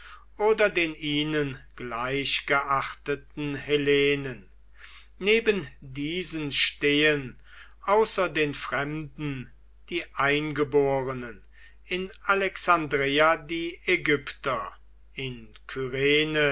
oder den ihnen gleichgeachteten hellenen neben diesen stehen außer den fremden die eingeborenen in alexandreia die ägypter in